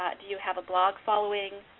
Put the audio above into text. do you have a blog following?